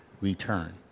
return